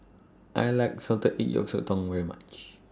I like Salted Egg Sotong very much